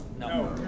No